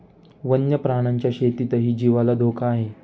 वन्य प्राण्यांच्या शेतीतही जीवाला धोका आहे